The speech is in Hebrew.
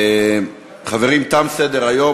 חברים, תם סדר-היום.